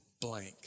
blank